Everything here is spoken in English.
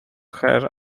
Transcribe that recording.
her